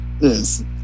Yes